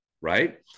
right